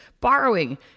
borrowing